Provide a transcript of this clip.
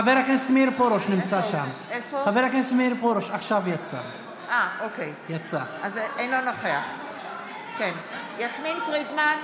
יסמין פרידמן,